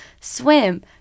swim